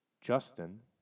Justin